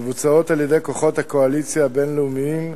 המבוצעות על-ידי כוחות הקואליציה הבין-לאומית,